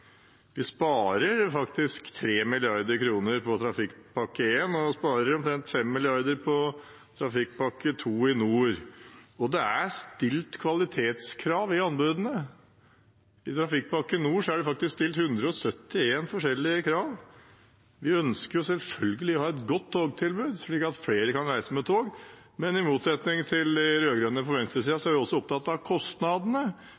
Vi sparer faktisk 3 mrd. kr på Trafikkpakke 1, og vi sparer omtrent 5 mrd. kr på Trafikkpakke 2 Nord. Og det er stilt kvalitetskrav i anbudene. I Trafikkpakke 2 Nord er det faktisk stilt 171 forskjellige krav. Vi ønsker selvfølgelig å ha et godt togtilbud, slik at flere kan reise med tog, men i motsetning til de rød-grønne på